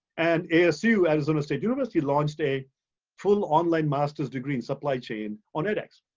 and asu, arizona state university launched a full online master's degree in supply chain on edx.